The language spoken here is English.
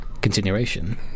continuation